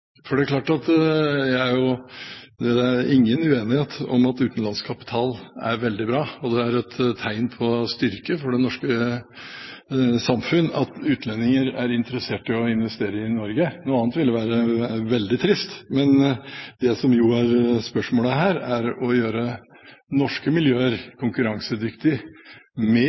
Det er ingen uenighet om at utenlandsk kapital er veldig bra. Det er et tegn på styrke for det norske samfunn at utlendinger er interessert i å investere i Norge. Noe annet ville være veldig trist. Men spørsmålet her går på det å gjøre norske miljøer konkurransedyktige med